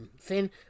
thin